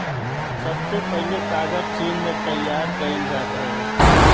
सबसे पहिले कागज चीन में तइयार कइल जात रहे